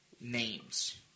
Names